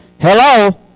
Hello